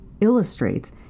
illustrates